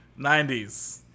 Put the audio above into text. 90s